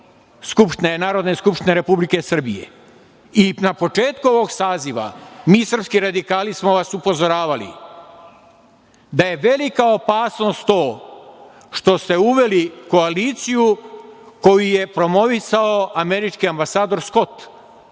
Narodne skupštine Republike Srbije. Na početku ovog saziva mi srpski radikali smo vas upozoravali da je velika opasnost to što ste uveli koaliciju koju je promovisao američki ambasador Skot,